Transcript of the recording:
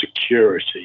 security